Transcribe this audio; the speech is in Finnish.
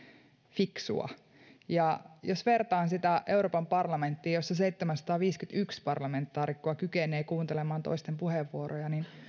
fiksua jos vertaan sitä euroopan parlamenttiin jossa seitsemänsataaviisikymmentäyksi parlamentaarikkoa kykenee kuuntelemaan toisten puheenvuoroja niin